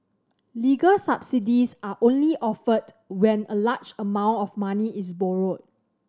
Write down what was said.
legal subsidies are only offered when a large amount of money is borrowed